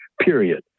period